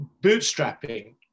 bootstrapping